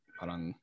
parang